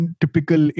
typical